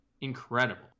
incredible